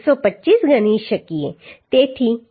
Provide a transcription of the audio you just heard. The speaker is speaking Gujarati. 25 ગણી શકીએ